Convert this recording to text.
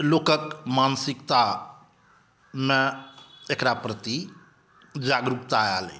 लोकक मानसिकतामे एक़रा प्रति जागरूकता आयल अछि